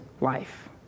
life